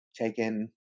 taken